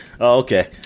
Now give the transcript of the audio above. Okay